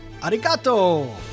Arigato